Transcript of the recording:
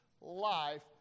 life